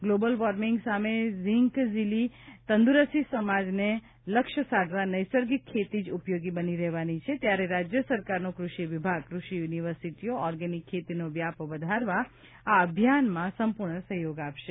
global warming સામે ઝીંક ઝીલી તંદુરસ્ત સમાજને લક્ષ્ય સાધવા નૈસર્ગિક ખેતી જ ઉપયોગી બની રહેવાની છે ત્યારે રાજ્ય સરકારનો કૃષિ વિભાગ કૃષિ યુનિવર્સિટીઓ ઓર્ગેનિક ખેતીનો વ્યાપ વધારવા આ આ અભિયાનમાં સંપૂર્ણ સહયોગ આપશે